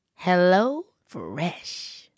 HelloFresh